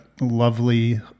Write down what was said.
lovely